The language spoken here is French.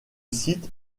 site